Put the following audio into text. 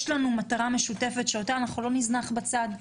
יש לנו מטרה משותפת שאותה לא נזנח בצד,